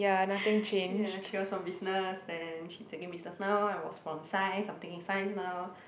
ya she was from Business then she taking business now I was from Science I'm taking science now